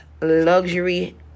luxury